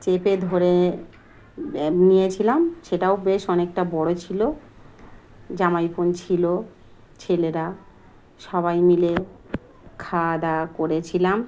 চেপে ধরে নিয়েছিলাম সেটাও বেশ অনেকটা বড়ো ছিলো জামাইপন ছিল ছেলেরা সবাই মিলে খাওয়া দাওয়া করেছিলাম